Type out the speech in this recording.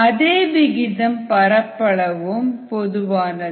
அதே விகிதம் பரப்பளவும் பொதுவானது